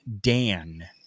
dan